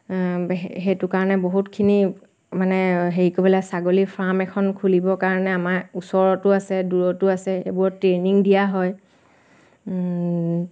সে সেইটো কাৰণে বহুতখিনি মানে হেৰি কৰিব লাগে ছাগলী ফাৰ্ম এখন খুলিবৰ কাৰণে আমাৰ ওচৰতো আছে দূৰতো আছে এইবোৰৰ ট্ৰেইনিং দিয়া হয়